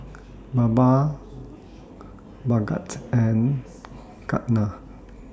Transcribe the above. Baba Bhagat and Ketna